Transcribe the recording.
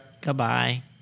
Goodbye